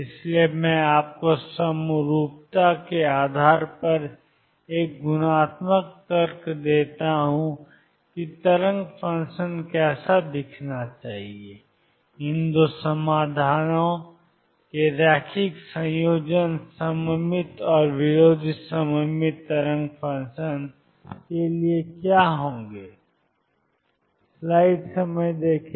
इसलिए मैं आपको समरूपता के आधार पर एक गुणात्मक तर्क देता हूं कि तरंग फ़ंक्शन कैसा दिखना चाहिए इन दो समाधानों के रैखिक संयोजन सममित और विरोधी सममित तरंग फ़ंक्शन के लिए क्या होंगे